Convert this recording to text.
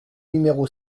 numéro